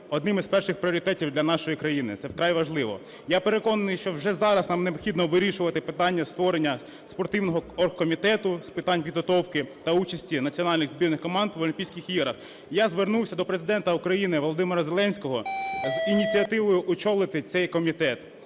одним із перших пріоритетів для нашої країни, це вкрай важливо. Я переконаний, що вже зараз нам необхідно вирішувати питання створення спортивного оргкомітету з питань підготовки та участі національних збірних команд в Олімпійських іграх. Я звернувся до Президента України Володимира Зеленського з ініціативою очолити цей комітет.